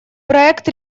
проект